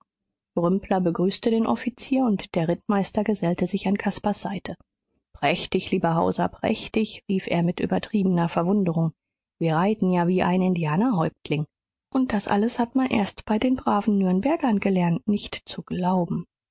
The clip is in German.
begrüßte den offizier und der rittmeister gesellte sich an caspars seite prächtig lieber hauser prächtig rief er mit übertriebener verwunderung wir reiten ja wie ein indianerhäuptling und das alles hat man erst bei den braven nürnbergern gelernt nicht zu glauben